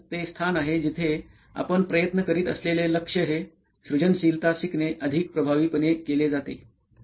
म्हणूनच ते स्थान आहे जिथे आपण प्रयत्न करीत असलेले लक्ष्य हे सृजनशीलता शिकणे अधिक प्रभावीपणे केले जाते